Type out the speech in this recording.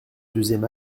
deuxième